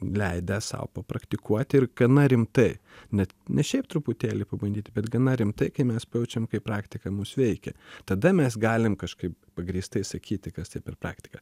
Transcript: leidę sau papraktikuot ir gana rimtai net ne šiaip truputėlį pabandyti bet gana rimtai kai mes pajaučiam kaip praktika mus veikia tada mes galim kažkaip pagrįstai sakyti kas tai per praktika